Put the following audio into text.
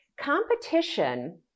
Competition